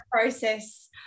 process